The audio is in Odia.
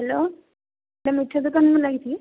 ହ୍ୟାଲୋ ଏଇଟା ମିଠା ଦୋକାନକୁ ଲାଗିଛି